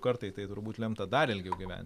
kartai tai turbūt lemta dar ilgiau gyvent